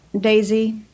Daisy